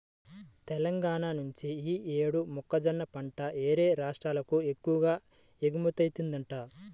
తెలంగాణా నుంచి యీ యేడు మొక్కజొన్న పంట యేరే రాష్ట్రాలకు ఎక్కువగా ఎగుమతయ్యిందంట